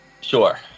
sure